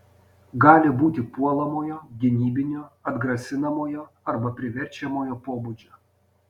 gali būti puolamojo gynybinio atgrasinamojo arba priverčiamojo pobūdžio